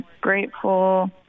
grateful